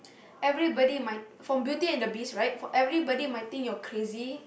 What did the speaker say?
everybody might from Beauty-and-the-Beast right everybody might think you're crazy